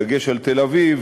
בדגש על תל-אביב,